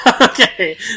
okay